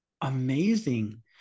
Amazing